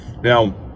Now